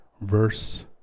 verse